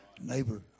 Neighbor